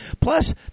Plus